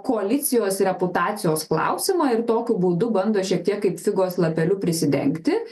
koalicijos reputacijos klausimą ir tokiu būdu bando šiek tiek kaip figos lapeliu prisidengti